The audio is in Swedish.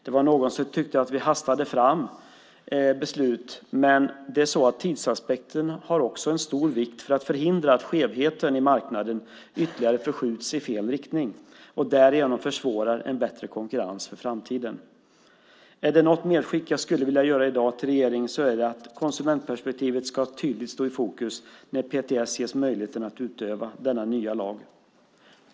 Det var någon som tyckte att vi hastade fram beslut, men tidsaspekten är av stor vikt för att förhindra att skevheten i marknaden ytterligare förskjuts i fel riktning och därigenom försvårar en bättre konkurrens för framtiden. Är det något medskick jag i dag skulle vilja göra till regeringen är det att konsumentperspektivet tydligt ska stå i fokus när PTS ges möjligheten att utöva denna nya lag.